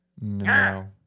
No